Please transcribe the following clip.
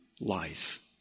life